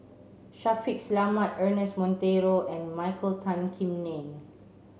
Shaffiq Selamat Ernest Monteiro and Michael Tan Kim Nei